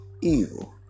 Evil